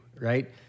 right